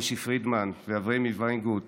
מוישי פרידמן ואברימי וינגוט,